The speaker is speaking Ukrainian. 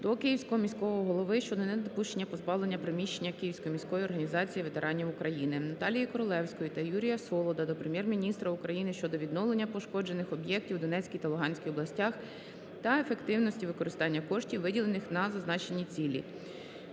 до Київського міського голови щодо недопущення позбавлення приміщення Київської міської організації ветеранів України. Наталії Королевської та Юрія Солода до Прем'єр-міністра України щодо відновлення пошкоджених об'єктів у Донецькій та Луганській областях та ефективності використання коштів, виділених на зазначені цілі.